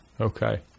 Okay